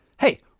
hey